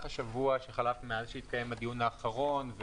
השבוע שחלף מאז שהתקיים הדיון האחרון,